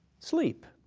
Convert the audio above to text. sleep.